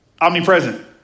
omnipresent